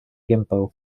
gimpo